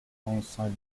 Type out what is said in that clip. alongside